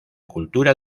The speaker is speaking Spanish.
cultura